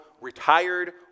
retired